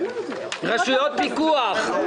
הצבעה הפניות